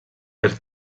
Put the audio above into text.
per